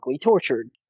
tortured